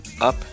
up